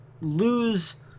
lose